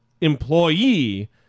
employee